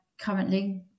Currently